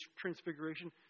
transfiguration